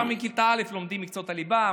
שם מכיתה א' לומדים את מקצועות הליבה,